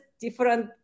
different